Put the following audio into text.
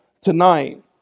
tonight